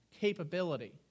capability